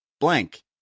blank